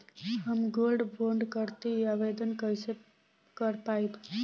हम gold bond करतिं आवेदन कइसे कर पाइब?